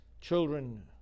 children